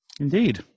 indeed